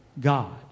God